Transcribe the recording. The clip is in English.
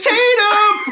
Tatum